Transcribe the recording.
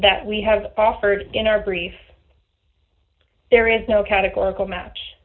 that we have offered in our brief there is no categorical match